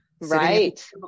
Right